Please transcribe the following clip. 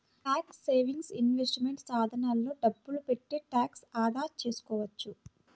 tax saving investment సాధనాల్లో డబ్బులు పెట్టి ట్యాక్స్ ఆదా చేసుకోవచ్చు